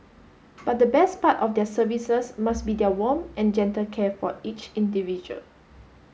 but the best part of their services must be their warm and gentle care for each individual